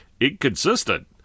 Inconsistent